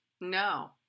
No